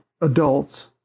adults